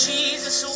Jesus